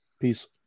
Peace